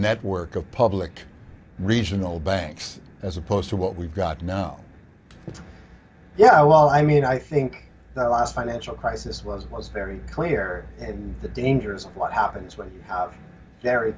network of public regional banks as opposed to what we've got now it's yeah well i mean i think the last financial crisis was was very clear and the dangers of what happens when you have very